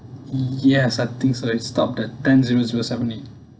yes I think so It stopped at ten zero zero seventy